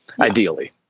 Ideally